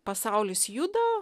pasaulis juda